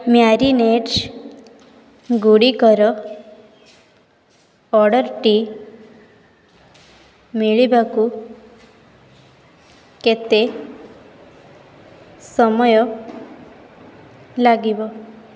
ମ୍ୟାରିନେଟ୍ଗୁଡ଼ିକର ଅର୍ଡ଼ର୍ଟି ମିଳିବାକୁ କେତେ ସମୟ ଲାଗିବ